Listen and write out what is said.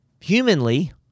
Humanly